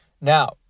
Now